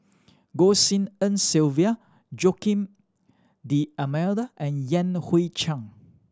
Goh Tshin En Sylvia Joaquim D'Almeida and Yan Hui Chang